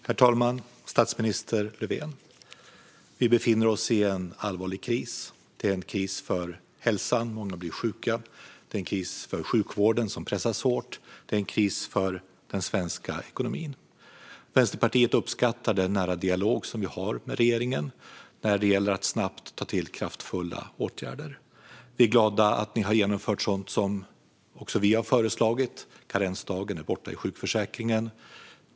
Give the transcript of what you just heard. Herr talman och statsminister Löfven! Vi befinner oss i en allvarlig kris. Det är en kris för hälsan. Många blir sjuka. Det är en kris för sjukvården, som pressas hårt. Det är en kris för den svenska ekonomin. Vänsterpartiet uppskattar den nära dialog som vi har med regeringen när det gäller att snabbt ta till kraftfulla åtgärder. Vi är glada över att ni har genomfört sådant som också vi har föreslagit. Karensdagen är borta ur sjukförsäkringen.